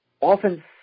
often